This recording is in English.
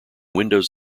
windows